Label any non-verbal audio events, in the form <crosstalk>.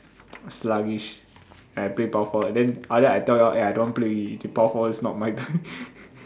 sluggish I play power forward then after that I tell you all eh I don't want play ready jitao power forward is not my type <laughs>